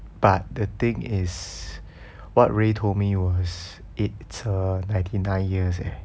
but the thing is what ray told me was it's a ninety nine years eh